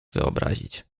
wyobrazić